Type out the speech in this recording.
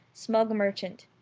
smug merchant.